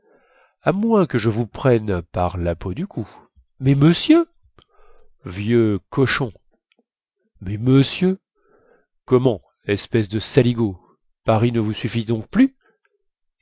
à moins que je vous prenne par la peau du cou mais monsieur vieux cochon mais monsieur comment espèce de saligaud paris ne vous suffit donc plus